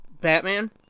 Batman